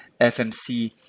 FMC